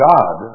God